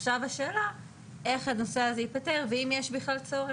עכשיו השאלה איך הנושא הזה ייפתר ואם יש בכלל צורך.